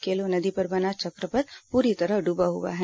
केलो नदी पर बना चक्रपथ पूरी तरह डूबा हुआ है